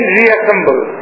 reassemble